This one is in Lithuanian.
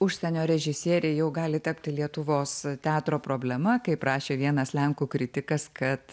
užsienio režisieriai jau gali tapti lietuvos teatro problema kaip rašė vienas lenkų kritikas kad